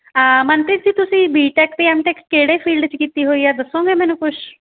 ਮਨਪ੍ਰੀਤ ਜੀ ਤੁਸੀਂ ਬੀਟੈਕ ਅਤੇ ਐੱਮਟੈਕ ਕਿਹੜੇ ਫੀਲਡ 'ਚ ਕੀਤੀ ਹੋਈ ਹੈ ਦੱਸੋਗੇ ਮੈਨੂੰ ਕੁਛ